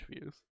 views